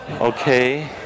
Okay